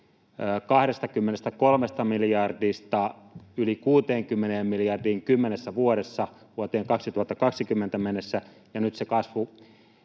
23 miljardista yli 60 miljardiin kymmenessä vuodessa vuoteen 2020 mennessä, ja nyt se kasvu